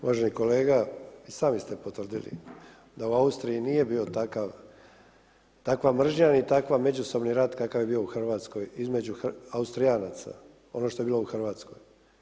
Uvaženi kolega, i sami ste potvrdili da u Austriji nije bio takav, takva mržnja ni takav međusobni rat kakav je bio u Hrvatskoj, između Austrijanaca, ono što je bilo u Hrvatskoj.